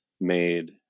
made